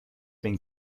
been